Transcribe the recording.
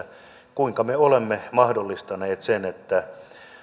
kuinka me olemme mahdollistaneet sen että